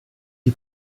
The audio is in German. die